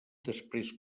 després